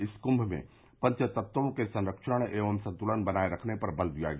इस क्म में पंच तत्वों के संरक्षण एवं संतलन बनाए रखने पर बल दिया गया